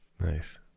Nice